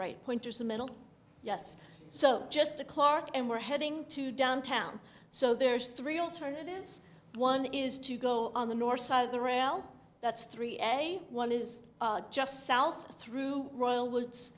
right pointers the middle yes so just to clarke and we're heading to downtown so there's three alternatives one is to go on the north side of the rail that's three a one is just south through royal w